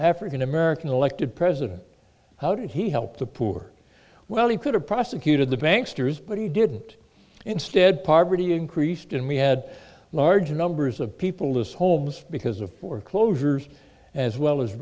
african american elected president how did he help the poor well he could have prosecuted the banks toure's but he didn't instead poverty increased and we had large numbers of people as homes because of foreclosures as well as